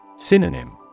Synonym